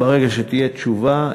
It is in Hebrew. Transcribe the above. ברגע שתהיה תשובה,